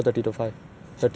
four thirty to